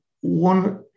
One